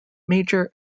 major